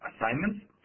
assignments